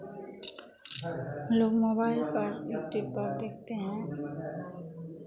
हम लोग मोबाइल पर यूट्यूब पर देखते हैं